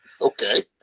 Okay